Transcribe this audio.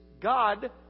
God